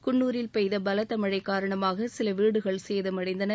குன்னூரில் பெய்த பலத்த மழை காரணமாக சில வீடுகள் சேதமடைந்தன